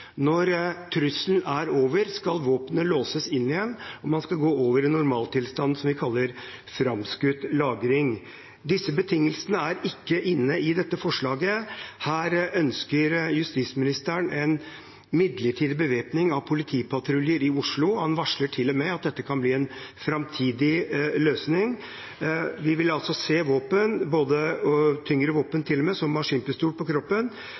Når trusselen er over, skal våpnene låses inn igjen, og man skal gå over i normaltilstand, som vi kaller framskutt lagring. Disse betingelsene er ikke til stede i dette forslaget. Her ønsker justisministeren en midlertidig bevæpning av politipatruljer i Oslo. Han varsler til og med at dette kan bli en framtidig løsning. Vi vil altså se våpen – tyngre våpen, til og med, som maskinpistol – på kroppen.